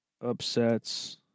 upsets